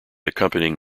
accompanying